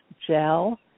gel